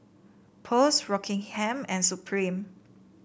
Post Rockingham and Supreme